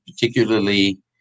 particularly